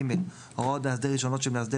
(ג) הוראות מאסדר ראשונות של מאסדר